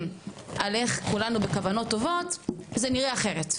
על איך כולנו בכוונות טובות זה נראה אחרת.